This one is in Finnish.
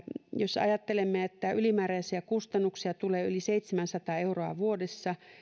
jos ajattelemme että ylimääräisiä kustannuksia tulee yli seitsemänsataa euroa vuodessa